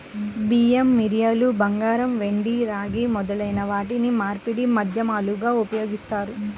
బియ్యం, మిరియాలు, బంగారం, వెండి, రాగి మొదలైన వాటిని మార్పిడి మాధ్యమాలుగా ఉపయోగిస్తారు